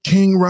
King